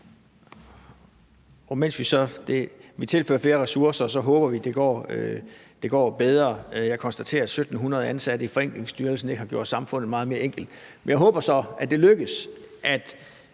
(KF): Vi tilfører flere ressourcer, og så håber vi, det går bedre. Jeg konstaterer, at 1.700 ansatte i Udviklings- og Forenklingsstyrelsen ikke har gjort samfundet meget mere enkelt. Men jeg håber så, at det lykkes – at